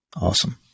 Awesome